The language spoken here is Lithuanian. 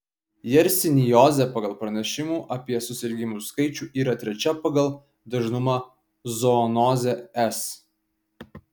jersiniozė pagal pranešimų apie susirgimus skaičių yra trečia pagal dažnumą zoonozė es